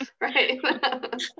right